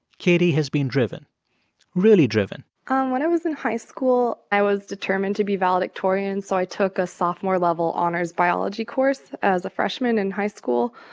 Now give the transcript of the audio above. katie has been driven really driven um when i was in high school, i was determined to be valedictorian. so i took a sophomore-level honors biology course as a freshman in high school.